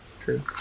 true